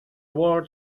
word